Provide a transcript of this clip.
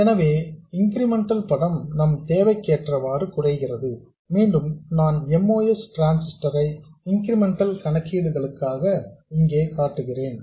எனவே இன்கிரிமெண்டல் படம் நம் தேவைக்கேற்றவாறு குறைக்கிறது மீண்டும் நான் MOS டிரான்சிஸ்டர் ஐ இன்கிரிமெண்டல் கணக்கீடுகளுக்காக இங்கே காட்டுகிறேன்